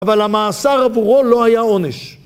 אבל המאסר עבורו לא היה עונש.